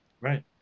Right